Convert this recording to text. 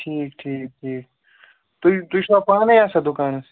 ٹھیٖک ٹھیٖک ٹھیٖک تُہۍ تُہۍ چھُوا پانَے آسان دُکانَس